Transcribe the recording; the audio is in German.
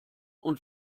und